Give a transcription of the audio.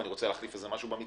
רוצה שינוי במקלחת.